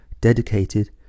dedicated